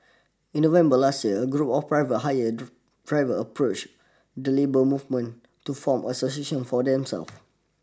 in November last year a group of private hire drivers approached the labour movement to form an association for themselves